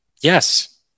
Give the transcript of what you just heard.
Yes